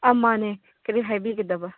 ꯑꯥ ꯃꯥꯅꯦ ꯀꯔꯤ ꯍꯥꯏꯕꯤꯒꯗꯕ